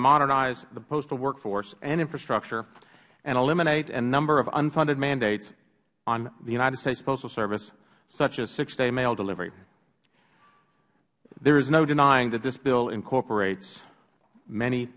modernize the postal workforce and infrastructure and eliminate a number of unfunded mandates on the united states postal service such as six day mail delivery there is no denying that this bill incorporates many